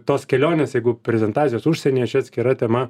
tos kelionės jeigu prezentacijas užsienyje atskira tema